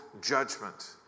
judgment